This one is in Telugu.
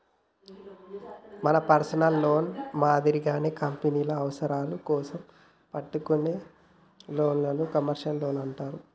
మన పర్సనల్ లోన్ మాదిరిగానే కంపెనీల అవసరాల కోసం పెట్టుకునే లోన్లను కమర్షియల్ లోన్లు అంటారు